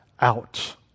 out